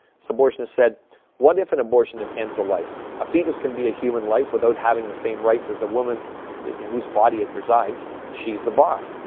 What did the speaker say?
so abortionist said what if an abortion ends a life? a fetus can be a human life without having the same rights as the woman in whose body it resides. she's the boss.